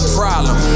problem